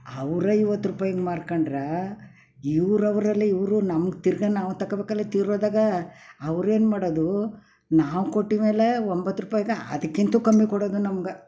ಅವ್ರು ಐವತ್ರೂಪಾಯ್ಗೆ ಮಾರ್ಕೊಂಡ್ರ ಇವ್ರು ಅವರಲ್ಲಿ ಇವರು ನಮ್ಮ ತಿರುಗಾ ನಾವು ತಗೊಳ್ಬೇಕಲ್ಲ ತಿರ್ ಹೋದಾಗ ಅವ್ರು ಏನು ಮಾಡೋದು ನಾವು ಕೊಟ್ಮೇಲೆ ಒಂಬತ್ತು ರೂಪಾಯ್ಗೆ ಅದಕ್ಕಿಂತೂ ಕಮ್ಮಿ ಕೊಡೋದು ನಮ್ಗೆ